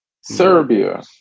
Serbia